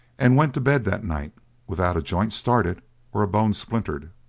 and went to bed that night without a joint started or a bone splintered.